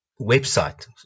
website